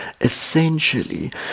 essentially